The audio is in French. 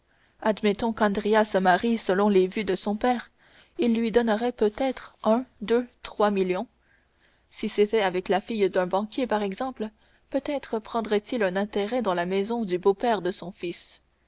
admettons qu'andrea se marie selon les vues de son père il lui donnera peut-être un deux trois millions si c'était avec la fille d'un banquier par exemple peut-être prendrait-il un intérêt dans la maison du beau-père de son fils